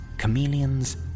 chameleons